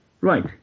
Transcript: Right